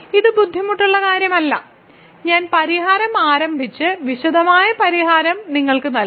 ഇത് ബുദ്ധിമുട്ടുള്ള കാര്യമല്ല ഞാൻ പരിഹാരം ആരംഭിച്ച് വിശദമായ പരിഹാരം നിങ്ങൾക്ക് നൽകും